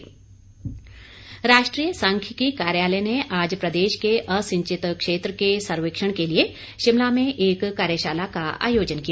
कार्यशाला राष्ट्रीय सांख्यिकी कार्यालय ने आज प्रदेश के असिंचित क्षेत्र के सर्वेक्षण के लिए शिमला में एक कार्यशाला का आयोजन किया